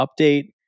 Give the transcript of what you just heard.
Update